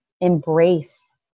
embrace